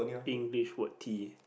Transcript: English word tea